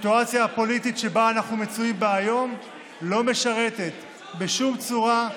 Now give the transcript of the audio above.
הסיטואציה הפוליטית שאנחנו מצויים בה היום לא משרתת בשום צורה,